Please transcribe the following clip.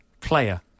player